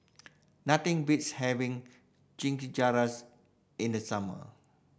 nothing beats having Chimichangas in the summer